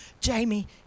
Jamie